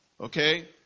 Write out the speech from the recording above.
Okay